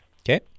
okay